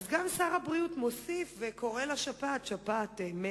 אז גם שר הבריאות מוסיף וקורא לשפעת "שפעת מקסיקו".